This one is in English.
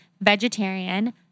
vegetarian